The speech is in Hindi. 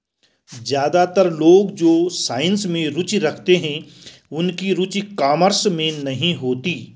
ज्यादातर लोग जो साइंस में रुचि रखते हैं उनकी रुचि कॉमर्स में नहीं होती